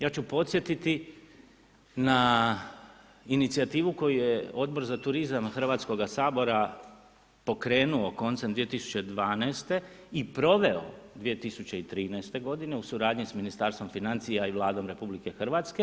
Ja ću podsjetiti, na inicijativu koju je Odbor za turizam Hrvatskog sabora pokrenuo koncem 2012. i proveo 2013. g. u suradnji s Ministarstvom financija i Vladom RH.